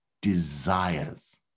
desires